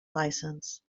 license